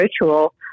ritual